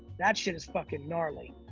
that shit is fucking gnarly.